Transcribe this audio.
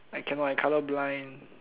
I cannot I color blind